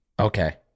okay